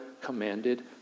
commanded